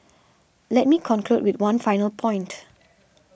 let me conclude with one final point